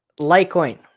Litecoin